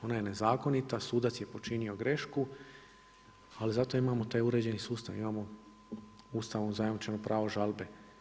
Ona je nezakonita, sudac je počinio grešku ali zato imamo taj uređeni sustav, imamo Ustavom zajamčeno pravo žalbe.